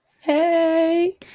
hey